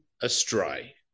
astray